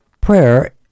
Prayer